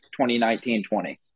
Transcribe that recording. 2019-20